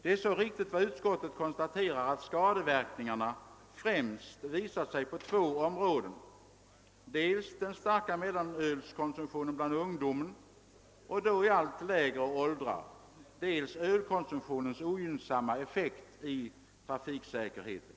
Utskottet konstaterar så riktigt att skadeverkningarna främst visat sig på två områden: dels den stora mellanölkonsumtionen bland ungdom — och då i allt lägre åldrar —, dels ölkonsumtionens ogynnsamma effekt på trafiksäkerheten.